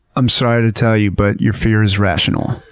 i'm sorry to tell you, but your fear is rational.